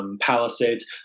Palisades